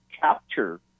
capture